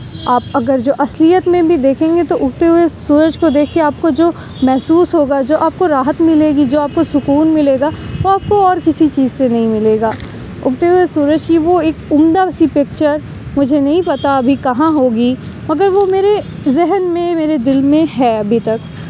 آپ اگر جو اصلیت میں بھی دیکھیں گے تو اگتے ہوئے سورج کو دیکھ کے آپ کو جو محسوس ہوگا جو آپ کو راحت ملے گی جو آپ کو سکون ملے گا وہ آپ کو اور کسی چیز سے نہیں ملے گا اگتے ہوئے سورج کی وہ ایک عمدہ سی پکچر مجھے نہیں پتا ابھی کہاں ہوگی مگر وہ میرے ذہن میں میرے دل میں ہے ابھی تک